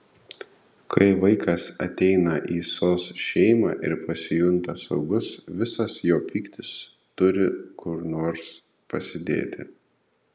kai vaikas ateina į sos šeimą ir pasijunta saugus visas jo pyktis turi kur nors pasidėti